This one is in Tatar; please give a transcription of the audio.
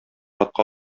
атка